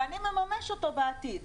ואני מממש אותו בעתיד.